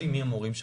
יש